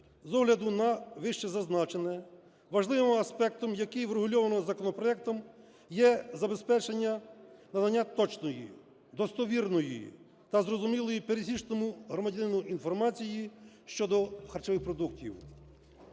З огляду на вищезазначене, важливим аспектом, який врегульовано законопроектом, є забезпечення надання точної, достовірної та зрозумілої пересічному громадянину інформації щодо харчових продуктів.